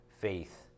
faith